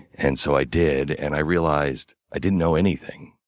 and so i did. and i realized i didn't know anything.